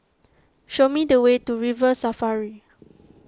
show me the way to River Safari